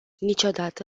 niciodată